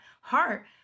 heart